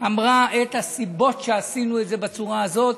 אמרה את הסיבות שעשינו את זה בצורה הזאת,